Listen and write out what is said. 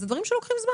זה לוקח זמן.